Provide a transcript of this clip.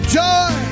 joy